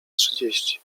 trzydzieści